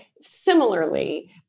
similarly